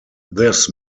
this